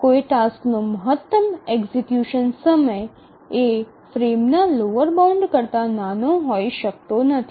કોઈ ટાસ્કનો મહત્તમ એક્ઝેક્યુશન સમય એ ફ્રેમ ના લોઅર બાઉન્ડ કરતા નાનો હોઈ શકતો નથી